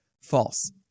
False